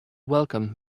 welcomed